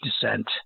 descent